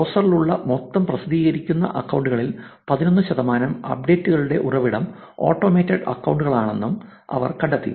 ബ്രൌസറിലൂടെ മാത്രം പ്രസിദ്ധീകരിക്കുന്ന അക്കൌണ്ടുകളിൽ 11 ശതമാനം അപ്ഡേറ്റുകളുടെ ഉറവിടം ഓട്ടോമേറ്റഡ് അക്കൌണ്ടുകളാണെന്നും അവർ കണ്ടെത്തി